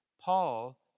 Paul